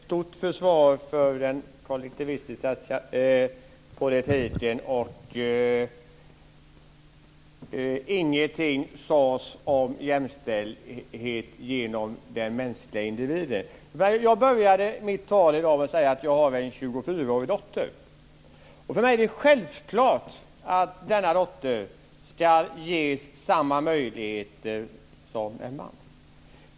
Fru talman! Det var ett stort försvar för den kollektivistiska politiken. Ingenting sades om jämställdhet genom den mänskliga individen. Jag började mitt tal i dag med att säga att jag har en 24-årig dotter. För mig är det självklart att denna dotter ska ges samma möjligheter som en man.